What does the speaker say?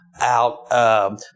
out